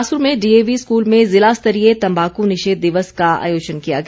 बिलासपुर में DAV school में ज़िलास्तरीय तंबाकू निषेध दिवस का आयोजन किया गया